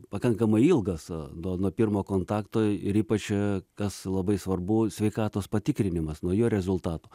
pakankamai ilgas nuo nuo pirmo kontakto ir ypač kas labai svarbu sveikatos patikrinimas nuo jo rezultato